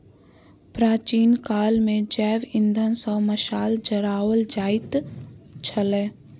प्राचीन काल मे जैव इंधन सॅ मशाल जराओल जाइत छलै